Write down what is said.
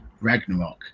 ragnarok